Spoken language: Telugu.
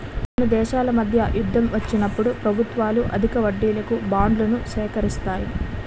కొన్ని దేశాల మధ్య యుద్ధం వచ్చినప్పుడు ప్రభుత్వాలు అధిక వడ్డీలకు బాండ్లను సేకరిస్తాయి